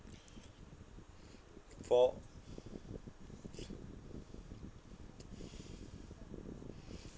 for